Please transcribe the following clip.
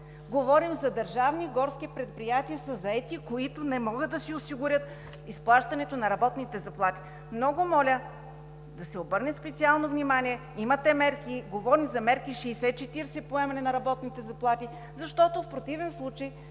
Говорим за държавни горски предприятия със заети, които не могат да си осигурят изплащането на работните заплати. Много моля да се обърне специално внимание! Имате мерки. Говорим за мерки – 60/40, поемане на работните заплати, защото в противен случай